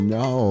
no